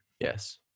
Yes